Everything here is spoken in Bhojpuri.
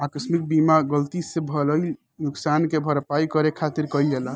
आकस्मिक बीमा गलती से भईल नुकशान के भरपाई करे खातिर कईल जाला